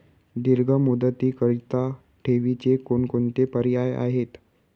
दीर्घ मुदतीकरीता ठेवीचे कोणकोणते पर्याय आहेत?